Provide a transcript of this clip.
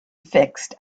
fixed